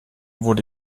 wurde